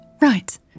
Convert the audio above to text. Right